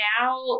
now